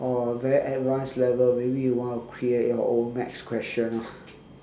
or very advanced level maybe you want to create your own maths question ah